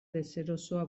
deserosoa